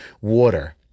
water